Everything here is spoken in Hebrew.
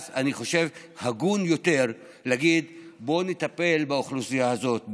אז אני חושב שהגון יותר להגיד: בואו נטפל באוכלוסייה הזאת,